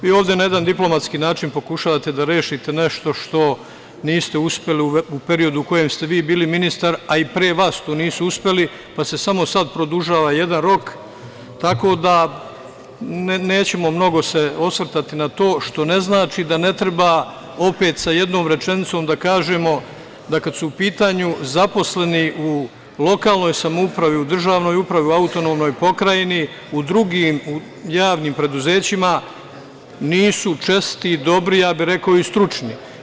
Vi ovde na jedan diplomatski način pokušavate da rešite nešto što niste uspeli u periodu kada ste vi bili ministar, a i pre vas to nisu uspeli, pa se samo sada produžava jedan rok, tako da se nećemo mnogo osvrtati na to, što ne znači da ne treba opet sa jednom rečenicom da kažemo da, kada su u pitanju zaposleni u lokalnoj samoupravi, državnoj upravi, autonomnoj pokrajini, u drugim javnim preduzećima, nisu čestiti, dobri, ja bih rekao i stručni.